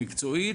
מקצועית,